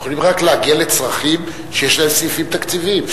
יכולים להגיע רק לצרכים שיש להם סעיפים תקציביים.